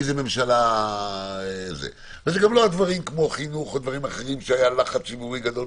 וזה גם לא הדברים כמו חינוך או דברים אחרים שהיה לחץ ציבורי גדול,